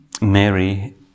Mary